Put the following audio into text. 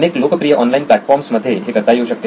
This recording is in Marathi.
अनेक लोकप्रिय ऑनलाईन प्लॅटफॉर्म्स मध्ये हे करता येऊ शकते